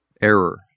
error